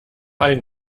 ein